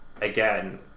again